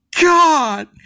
God